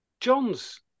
John's